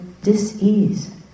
dis-ease